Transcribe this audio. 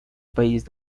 país